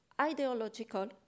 ideological